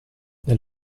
nel